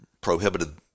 prohibited